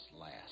last